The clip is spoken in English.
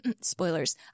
Spoilers